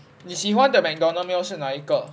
你喜欢的 Mcdonald meal 是哪一个